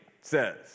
says